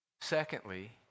Secondly